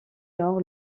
nord